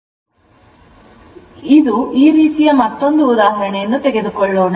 ಆದ್ದರಿಂದ ಈ ರೀತಿಯ ಮತ್ತೊಂದು ಉದಾಹರಣೆಯನ್ನು ತೆಗೆದುಕೊಳ್ಳೋಣ